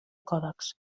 còdecs